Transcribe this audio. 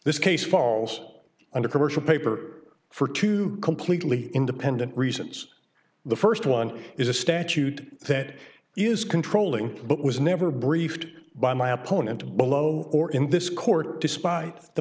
this case falls under commercial paper for two completely independent reasons the first one is a statute that is controlling but was never briefed by my opponent below or in this court despite the